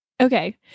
Okay